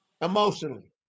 emotionally